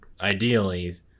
ideally